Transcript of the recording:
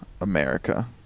America